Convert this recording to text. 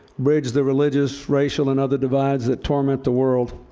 bridge the religious, racial and other divides that torment the world,